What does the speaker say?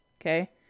okay